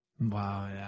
wow